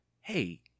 Hey